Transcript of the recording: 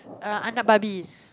err barbie